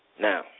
Now